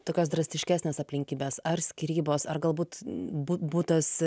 tokios drastiškesnės aplinkybės ar skyrybos ar galbūt bu butas